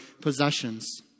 possessions